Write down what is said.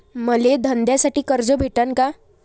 मले धंद्यासाठी कर्ज भेटन का?